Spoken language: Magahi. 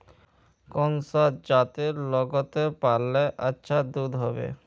कौन सा जतेर लगते पाल्ले अच्छा दूध होवे?